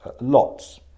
lots